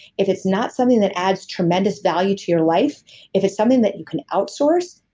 if it's not something that adds tremendous value to your life if it's something that you can outsource,